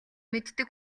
мэддэг